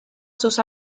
sus